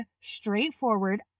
straightforward